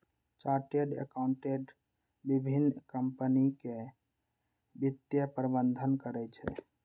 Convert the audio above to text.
chartered accountant विभिन्न कंपनीक वित्तीय प्रबंधन करै छै